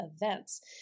events